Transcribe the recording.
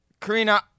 Karina